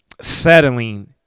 settling